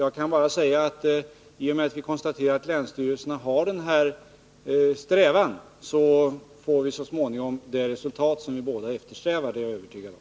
Men i och med att vi konstaterat att länsstyrelserna har denna strävan får vi så småningom det resultat som vi båda eftersträvar — det är jag övertygad om.